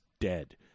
dead